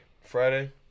Friday